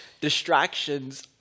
distractions